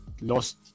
lost